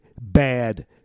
bad